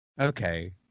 okay